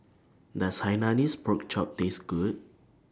Does Hainanese Pork Chop Taste Good